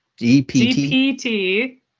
GPT